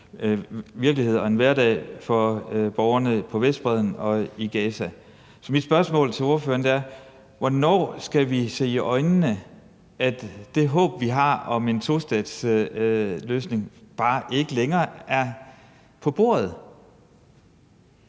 virkelighed og hverdag for borgerne på Vestbredden og i Gaza. Så mit spørgsmål til ordføreren er: Hvornår skal vi se i øjnene, at det håb, vi har om en tostatsløsning, bare ikke længere er realistisk?